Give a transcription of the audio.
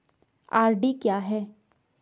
RD क्या है?